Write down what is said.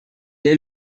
est